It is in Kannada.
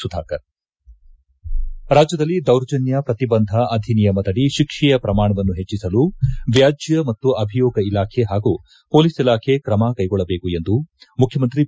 ಸುಧಾಕರ್ ರಾಜ್ಯದಲ್ಲಿ ದೌರ್ಜನ್ಯ ಪ್ರತಿಬಂಧ ಅಧಿನಿಯಮದಡಿ ಶಿಕ್ಷೆಯ ಪ್ರಮಾಣವನ್ನು ಹೆಚ್ಚಿಸಲು ವ್ಯಾಜ್ಯ ಮತ್ತು ಅಭಿಯೋಗ ಇಲಾಖೆ ಹಾಗೂ ಪೊಲೀಸ್ ಇಲಾಖೆ ಕ್ರಮ ಕೈಗೊಳ್ಳಬೇಕು ಎಂದು ಮುಖ್ಯಮಂತ್ರಿ ಬಿ